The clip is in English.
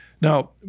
Now